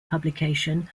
publication